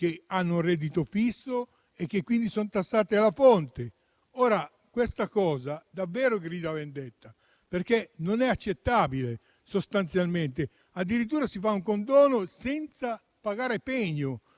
che hanno un reddito fisso e sono tassati alla fonte. Questa cosa davvero grida vendetta, perché non è accettabile. Addirittura si fa un condono senza pagare pegno: